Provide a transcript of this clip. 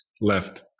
Left